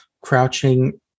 crouching